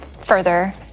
further